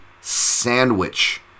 sandwich